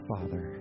Father